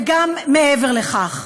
וגם מעבר לכך,